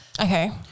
Okay